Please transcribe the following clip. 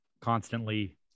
constantly